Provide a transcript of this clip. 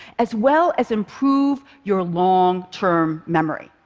as well as improve your long-term memory,